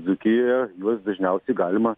dzūkijoje juos dažniausiai galima